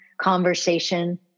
conversation